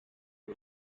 uko